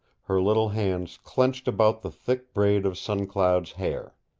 her little hands clenched about the thick braid of sun cloud's hair.